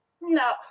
No